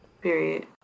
Period